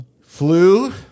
Flu